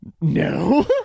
no